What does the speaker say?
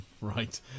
Right